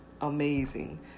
amazing